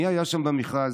מי היה שם במכרז?